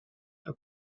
are